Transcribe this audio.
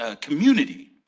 community